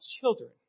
children